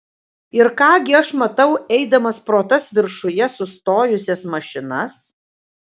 ir ką gi aš matau eidamas pro tas viršuje sustojusias mašinas